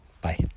Bye